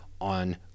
on